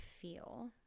feel